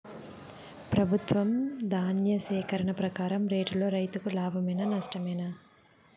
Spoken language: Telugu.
ప్రభుత్వం ధాన్య సేకరణ ప్రకారం రేటులో రైతుకు లాభమేనా నష్టమా?